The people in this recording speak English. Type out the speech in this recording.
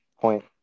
point